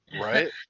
Right